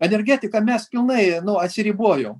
energetiką mes pilnai nu atsiribojo